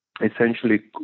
essentially